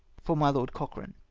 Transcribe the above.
for my lord cochrane.